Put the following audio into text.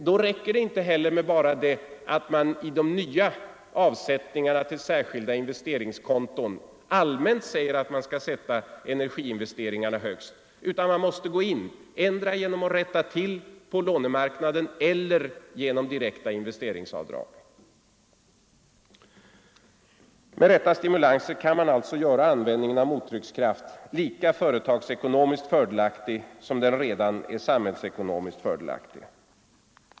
Då räcker det inte heller med att i fråga om de nya avsättningarna till särskilda investeringskonton bara säga att man skall sätta energiinvesteringarna högst, utan man måste handla antingen genom att rätta till förhållandena på lånemarknaden eller genom att tillåta direkta investeringsavdrag. Med sådana stimulanser kan man alltså göra användningen av mottryckskraft lika företagsekonomiskt fördelaktig som den redan är samhällsekonomiskt fördelaktig.